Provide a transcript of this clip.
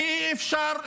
כי אי-אפשר,